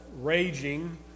raging